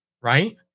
right